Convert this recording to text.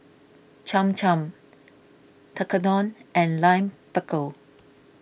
Cham Cham Tekkadon and Lime Pickle